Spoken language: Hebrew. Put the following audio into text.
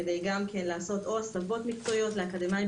כדי לעשות הסבות מקצועיות לאקדמאים,